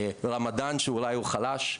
רמדאן שאולי הוא חלש,